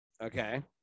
Okay